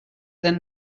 than